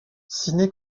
ciné